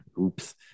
Oops